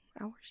hours